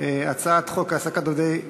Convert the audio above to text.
הצעת חוק העסקת עובדי הוראה,